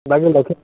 বাকী লখিম